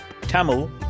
Tamil